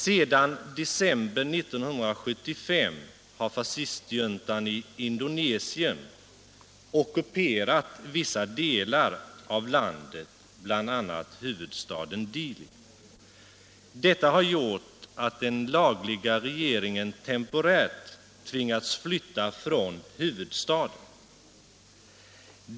Sedan december 1975 har fascistjuntan i Indonesien ockuperat vissa delar av landet, bl.a. huvudstaden Dili. Det har gjort att den lagliga regeringen temporärt tvingats flytta från huvudstaden.